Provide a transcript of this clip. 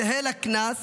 זהה לקנס